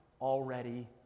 already